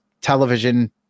television